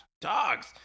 dogs